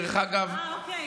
אה, אוקיי.